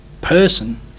person